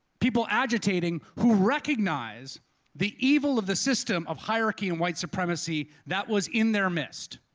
people agitating, who recognize the evil of the system of hierarchy and white supremacy that was in their midst.